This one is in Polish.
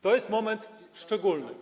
To jest moment szczególny.